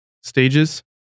stages